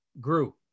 grew